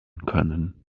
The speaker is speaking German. können